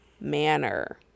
manner